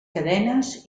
cadenes